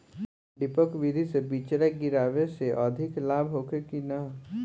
डेपोक विधि से बिचड़ा गिरावे से अधिक लाभ होखे की न?